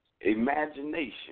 Imagination